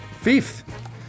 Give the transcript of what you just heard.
Fifth